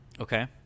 Okay